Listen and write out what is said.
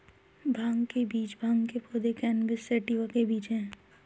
भांग के बीज भांग के पौधे, कैनबिस सैटिवा के बीज हैं